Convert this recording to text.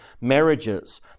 marriages